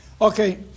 Okay